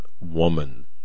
woman